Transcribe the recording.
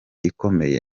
ikomeye